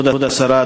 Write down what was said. כבוד השרה,